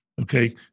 okay